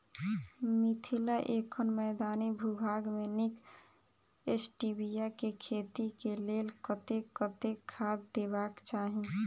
मिथिला एखन मैदानी भूभाग मे नीक स्टीबिया केँ खेती केँ लेल कतेक कतेक खाद देबाक चाहि?